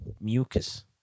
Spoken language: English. Mucus